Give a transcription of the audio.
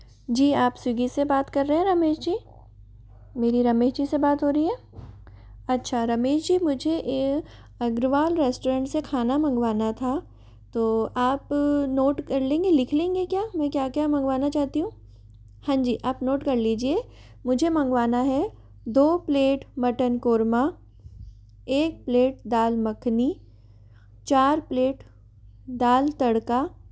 जी आप स्विगी से बात कर रहे हैं रमेश जी मेरी रमेश जी से बात हो रही है अच्छा रमेश जी मुझे अग्रवाल रेस्टोरेंट से खाना मंगवाना था तो आप नोट कर लेंगे लिख लेंगे क्या मैं क्या क्या मंगवाना चाहती हूँ हाँजी आप नोट कर लीजिए मुझे मंगवाना है दो प्लेट मटन कोरमा एक प्लेट दाल मखनी चार प्लेट दाल तड़का